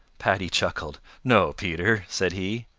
paddy chuckled. no, peter, said he.